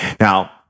Now